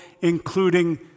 including